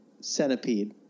Centipede